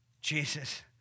Jesus